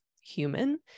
human